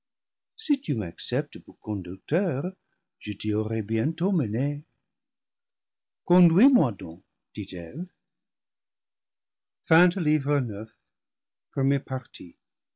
si tu m'acceptes pour conducteur je t'y aurai bientôt menée conduis-moi donc dit